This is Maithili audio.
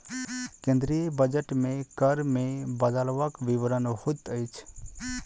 केंद्रीय बजट मे कर मे बदलवक विवरण होइत अछि